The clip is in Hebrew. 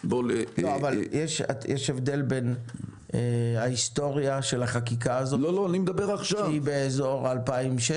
-- יש הבדל בין ההיסטוריה של החקיקה הזאת שהיא בסביבות 2016 -- לא,